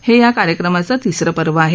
हे या कार्यक्रमाचं तिसरं पर्व आहे